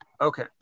Okay